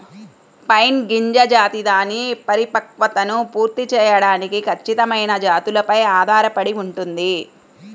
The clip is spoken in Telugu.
పైన్ గింజ జాతి దాని పరిపక్వతను పూర్తి చేయడానికి ఖచ్చితమైన జాతులపై ఆధారపడి ఉంటుంది